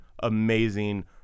amazing